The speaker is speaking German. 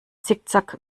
zickzack